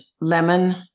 lemon